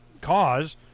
cause